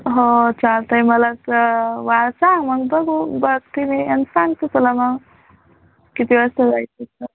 हो चालतंय मला सांग मग बघू बघते मी आणि सांगते तुला मग किती वाजता जायचं ते